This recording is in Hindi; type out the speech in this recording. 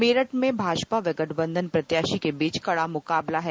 मेरठ में भाजपा व गठबंधन प्रत्याशी के बीच कड़ा मुकाबला है